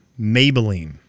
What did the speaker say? Maybelline